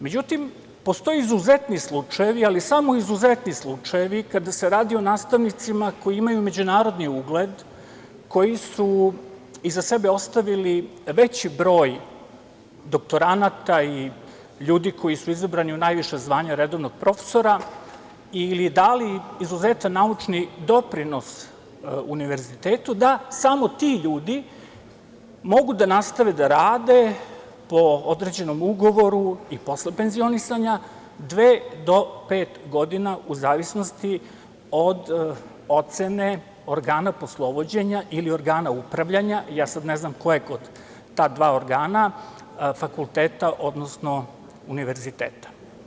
Međutim, postoje izuzetni slučajevi, ali samo izuzetni slučajevi, kada se radi o nastavnicima koji imaju međunarodni ugled, koji su iza sebe ostavili veći broj doktoranata i ljudi koji su izabrani u najviša zvanja redovnog profesora ili dali izuzetan naučni doprinos univerzitetu, da samo ti ljudi mogu da nastave da rade po određenom ugovoru i posle penzionisanja dve do pet godina, u zavisnosti od ocene organa poslovođenja ili organa upravljanja, ja sad ne znam ko je od ta dva organa, fakulteta odnosno univerziteta.